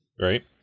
right